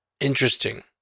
Interesting